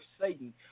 Satan